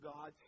God